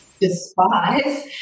despise